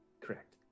correct